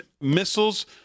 missiles